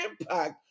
impact